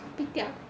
kopitiam